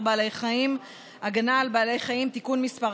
בעלי חיים (הגנה על בעלי חיים) (תיקון מס'